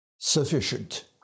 sufficient